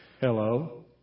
Hello